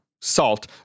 salt